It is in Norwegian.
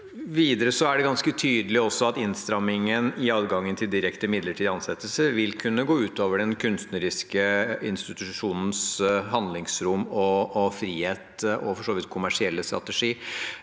Videre er det også ganske tydelig at innstrammingen i adgangen til direkte midlertidig ansettelse vil kunne gå ut over den kunstneriske institusjonens handlingsrom og frihet, og for så vidt kommersielle strategier.